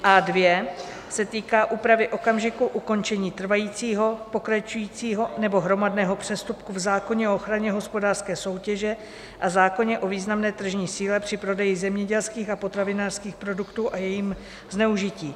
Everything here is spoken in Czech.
A2 se týká úpravy okamžiku ukončení trvajícího, pokračujícího nebo hromadného přestupku v zákoně o ochraně hospodářské soutěže a zákoně o významné tržní síle při prodeji zemědělských a potravinářských produktů a jejím zneužití.